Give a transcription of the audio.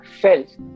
felt